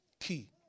key